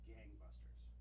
Gangbusters